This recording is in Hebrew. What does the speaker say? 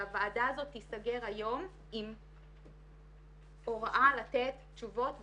שהוועדה האת תיסגר היום הוראה לתת תשובות ותאריכים.